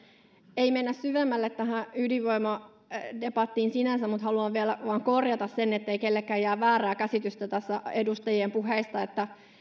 ei mennä syvemmälle tähän ydinvoimadebattiin sinänsä mutta haluan vielä vain korjata sen ettei kenellekään jää väärää käsitystä tässä edustajien puheista että